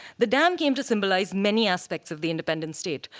the dam came to symbolize many aspects of the independent state.